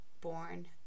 born